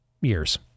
years